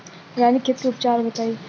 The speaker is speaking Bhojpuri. रानीखेत के उपचार बताई?